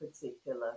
particular